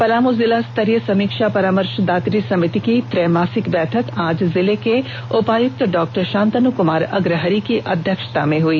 पलामू जिला स्तरीय समीक्षा परामर्शदात्री समिति की त्रिमासिक बैठक आज जिले के उपायुक्त डॉ शान्तनु कुमार अग्रहरि की अध्यक्षता में हुई